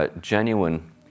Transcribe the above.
genuine